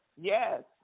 yes